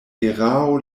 erao